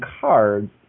cards